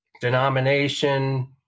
denomination